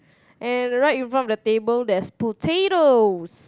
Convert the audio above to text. and right in front of the table there's potatoes